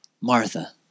Martha